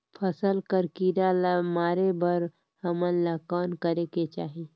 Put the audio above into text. फसल कर कीरा ला मारे बर हमन ला कौन करेके चाही?